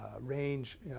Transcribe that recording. range